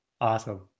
Awesome